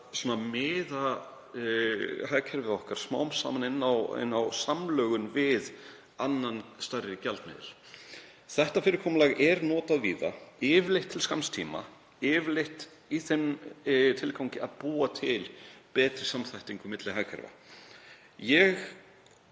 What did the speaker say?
að miða hagkerfið okkar smám saman inn á samlögun við annan stærri gjaldmiðil. Þetta fyrirkomulag er notað víða, yfirleitt til skamms tíma og yfirleitt í þeim tilgangi að búa til betri samþættingu milli hagkerfa. Ég